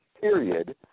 period